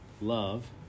love